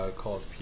called